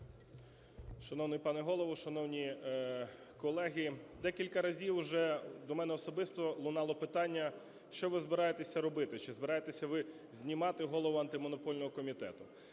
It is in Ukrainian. Шановний пане Голово, шановні колеги! Декілька разів уже до мене особисто лунало питання, що ви збираєтеся робити, чи збираєтеся ви знімати Голову Антимонопольного комітету.